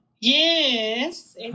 yes